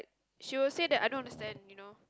she will say that I don't understand you know